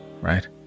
right